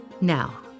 Now